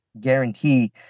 guarantee